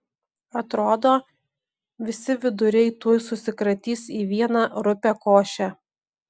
atrodo visi viduriai tuoj susikratys į vieną rupią košę